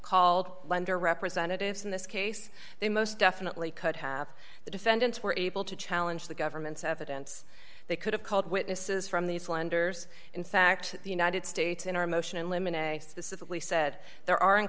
called their representatives in this case they most definitely could have the defendants were able to challenge the government's evidence they could have called witnesses from these lenders in fact the united states in our motion in limine a specifically said there are in